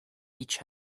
each